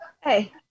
hey